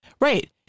Right